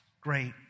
great